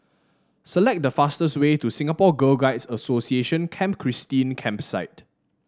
select the fastest way to Singapore Girl Guides Association Camp Christine Campsite